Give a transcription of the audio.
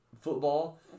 football